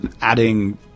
adding